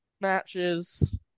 matches